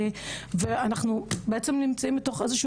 לכן בעצם אנחנו נמצאים באיזה שהוא